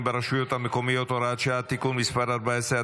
ברשויות המקומיות (הוראת שעה) (תיקון מס' 14),